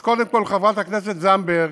אז קודם כול, חברת הכנסת זנדברג,